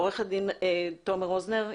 עו"ד תומר רוזנר,